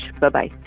bye-bye